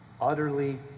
Utterly